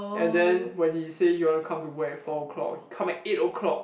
and then when he say he want to come to work at four o-clock he come at eight o'clock